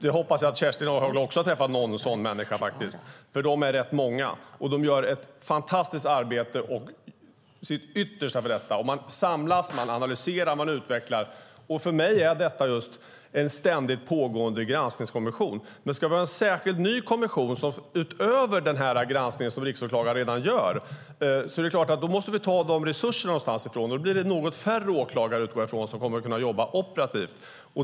Jag hoppas att Kerstin Haglö också har träffat någon, för de är rätt många och gör ett fantastiskt arbete och sitt yttersta. Man samlas, analyserar och utvecklar. För mig är detta en ständigt pågående granskningskommission. Ska vi ha en särskild ny kommission utöver den granskning som Riksåklagaren redan gör måste vi ta resurser någonstans ifrån. Då blir det något färre åklagare som kommer att kunna jobba operativt.